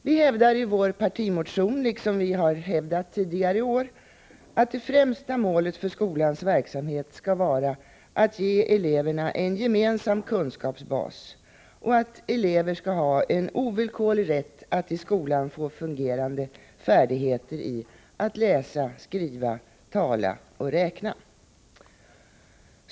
Vi hävdar i vår partimotion — liksom vi har hävdat tidigare år — att det främsta målet för skolans verksamhet skall vara att ge eleverna en gemensam kunskapsbas och att elever skall ha en ovillkorlig rätt att i skolan få fungerande färdigheter i att läsa, skriva, tala och räkna.